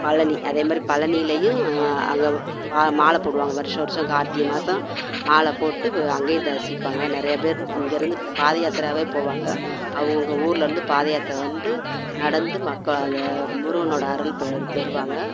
பழனி அதே மாதிரி பழனிலையும் அங்கே பா மாலை போடுவாங்கள் வருட வருடம் கார்த்திகை மாதம் மாலை போட்டு அங்கேயும் தரிசிப்பாங்கள் நிறையா பேர் இங்கேயிருந்து பாதை யாத்திரையாகவே போவாங்கள் அவங்கவுங்க ஊர்லருந்து பாதை யாத்திரை வந்து நடந்து மக்கள் அந்த முருகனோடய அருள் பெ பெறுவாங்கள்